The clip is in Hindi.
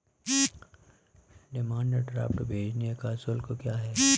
डिमांड ड्राफ्ट भेजने का शुल्क क्या है?